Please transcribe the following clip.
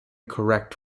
correct